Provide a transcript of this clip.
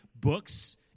books